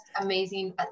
amazing